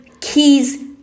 keys